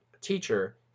teacher